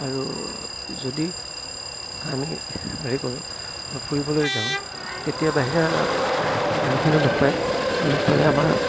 আৰু যদি আমি হেৰি কৰোঁ ফুৰিবলৈ যাওঁ তেতিয়া বাহিৰা মানুহখিনি লগ পায় লগ পালে আমাৰ